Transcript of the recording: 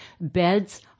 beds